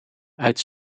uit